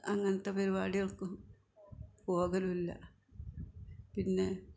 അങ്ങനെത്തെ പരിപാടികൾക്കും പോകലും ഇല്ല പിന്നെ